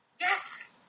Yes